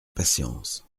patience